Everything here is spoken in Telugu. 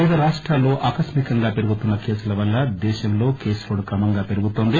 వివిధ రాష్టాల్లో ఆకస్మికంగా పెరుగుతున్న కేసుల వల్ల దేశంలో కేస్ లోడ్ క్రమంగా పెరుగుతోంది